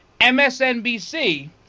MSNBC